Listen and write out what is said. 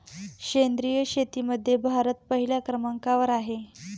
सेंद्रिय शेतीमध्ये भारत पहिल्या क्रमांकावर आहे